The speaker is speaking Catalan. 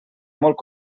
molt